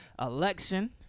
election